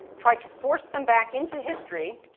tried to force them back into history